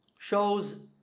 shows